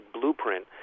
blueprint